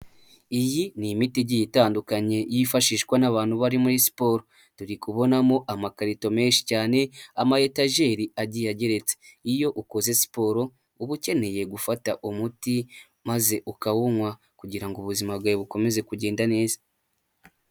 Iyi ni imiti igiye itandukanye yifashishwa n'abantu bari muri siporo. Turi kubonamo amakarito menshi cyane, amayetajeri agiye ageretse. Iyo ukoze siporo uba ukeneye gufata umuti maze ukawunywa, kugira ngo ubuzima bwawe bukomeze kugenda neza.